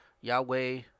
Yahweh